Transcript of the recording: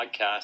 podcast